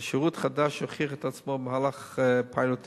זהו שירות חדש שהוכיח את עצמו במהלך פיילוט התוכנית: